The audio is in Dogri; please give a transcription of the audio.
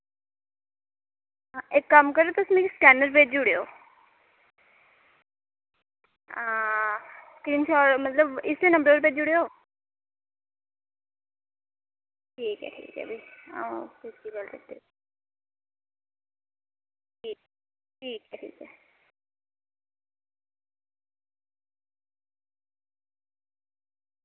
इक कम्म करेओ तुस मिगी स्कैनर भेजी ओड़ेओ हां स्क्रीनशाट मतलब इस्सै नंबर उप्पर भेजी ओड़ेओ ठीक ऐ ठीक ऐ भी हां ठीक ठीक ऐ